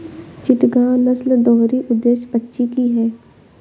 चिटगांव नस्ल दोहरी उद्देश्य पक्षी की है